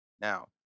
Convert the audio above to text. now